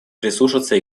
прислушаться